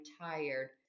tired